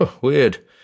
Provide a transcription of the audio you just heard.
Weird